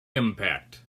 impact